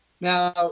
Now